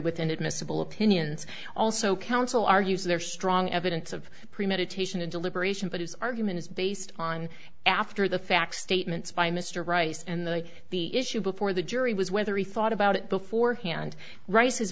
within admissible opinions also counsel argues there's strong evidence of premeditation in deliberation but his argument is based on after the facts statements by mr rice and the like the issue before the jury was whether he thought about it beforehand rice